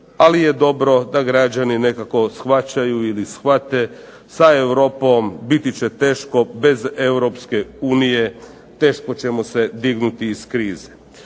ali je dobro da građani nekako shvaćaju ili shvate sa Europom, biti će teško bez Europske unije, teško ćemo se dignuti iz krize.